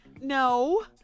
No